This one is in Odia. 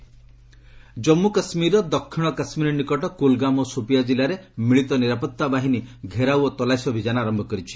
ଜେକେ ଅପରେସନ୍ସ୍ ଜନ୍ମୁ କାଶ୍ମୀରର ଦକ୍ଷିଣ କାଶ୍ମୀର ନିକଟ କୁଲ୍ଗାମ୍ ଓ ସୋପିଆଁ ଜିଲ୍ଲାରେ ମିଳିତ ନିରାପତ୍ତା ବାହିନୀ ଘେରାଉ ଓ ତଲାସି ଅଭିଯାନ ଆରମ୍ଭ କରିଛି